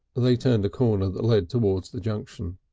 they turned a corner that led towards the junction.